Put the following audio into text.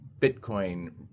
Bitcoin